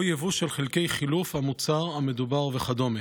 או יבוא של חלקי חילוף המוצר המדובר וכדומה.